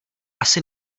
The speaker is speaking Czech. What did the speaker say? asi